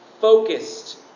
focused